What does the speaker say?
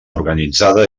organitzada